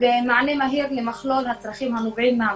ומענה מהיר למכלול הצרכים הנובעים מהמשבר.